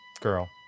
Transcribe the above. Girl